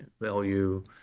value